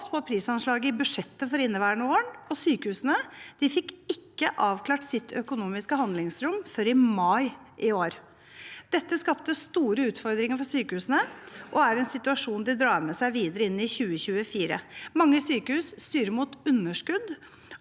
på prisanslaget i budsjettet for inneværende år, og sykehusene fikk ikke avklart sitt økonomiske handlingsrom før i mai i år. Dette skapte store utfordringer for sykehusene og er en situasjon de drar med seg videre inn i 2024. Mange sykehus styrer mot underskudd